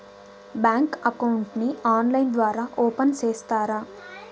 Bank account ని online ద్వారా open సేస్తారా?